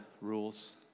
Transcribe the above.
rules